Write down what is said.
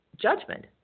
judgment